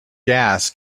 gas